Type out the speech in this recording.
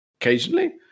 Occasionally